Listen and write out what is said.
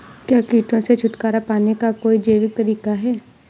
क्या कीटों से छुटकारा पाने का कोई जैविक तरीका है?